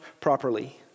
properly